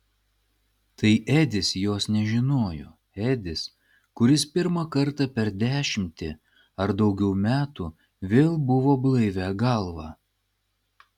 tai edis jos nežinojo edis kuris pirmą kartą per dešimtį ar daugiau metų vėl buvo blaivia galva